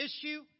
issue